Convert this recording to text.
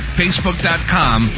facebook.com